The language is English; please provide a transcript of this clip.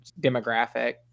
demographic